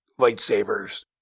lightsabers